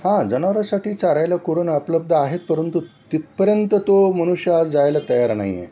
हां जनावरासाठी चरायला कुरण उपलब्ध आहेत परंतु तिथपर्यंत तो मनुष्य आज जायला तयार नाही आहे